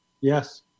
Yes